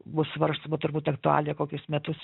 bus svarstoma turbūt aktualija kokius metus